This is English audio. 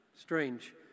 Strange